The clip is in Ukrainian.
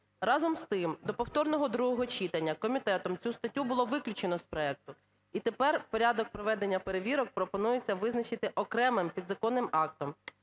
Разом з тим, до повторного другого читання комітетом цю статтю було виключено з проекту. І тепер порядок проведення перевірок пропонується визначити окремим підзаконним актом.